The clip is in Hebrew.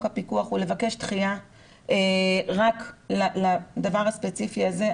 הפיקוח או לבקש דחייה רק לדבר הספציפי הזה.